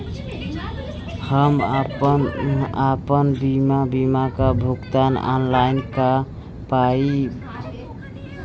हम आपन बीमा क भुगतान ऑनलाइन कर पाईब?